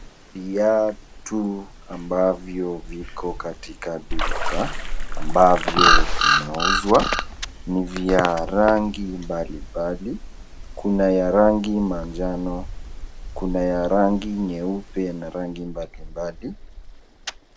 Viatu ambavyo viko katika duka ambavyo vinauzwa. Ni vya rangi mbalimbali, kuna ya rangi manjano, kuna ya rangi nyeupe na rangi mbalimbali.